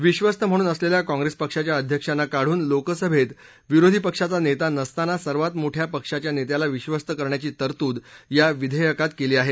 विधस्त म्हणून असलेल्या काँप्रेस पक्षाच्या अध्यक्षांना काढून लोकसभेत विरोधी पक्षाचा नेता नसताना सर्वात मोठ्या पक्षाच्या नेत्याला विधस्त करण्याची तरतूद या विधेयकात केली आहे